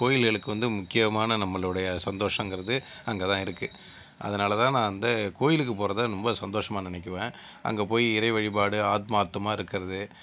கோயில்களுக்கு வந்து முக்கியமான நம்மளுடைய சந்தோஷங்கிறது அங்கேதான் இருக்குது அதனாலதான் நான் வந்து கோயிலுக்கு போகிறத நொம்ப சந்தோஷமாக நினைக்குவேன் அங்கே போய் இறை வழிபாடு ஆத்மார்த்தமாக இருக்கிறது